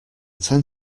tend